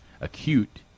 acute